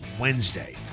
Wednesday